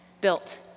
built